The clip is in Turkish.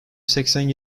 seksen